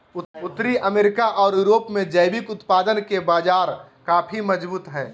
उत्तरी अमेरिका ओर यूरोप में जैविक उत्पादन के बाजार काफी मजबूत हइ